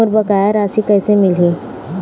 मोर बकाया राशि कैसे मिलही?